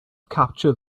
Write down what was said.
capture